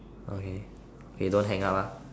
okay okay don't hang out ah